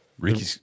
Ricky